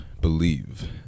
believe